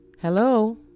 Hello